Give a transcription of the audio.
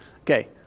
Okay